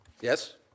yes